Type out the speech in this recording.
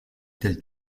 telle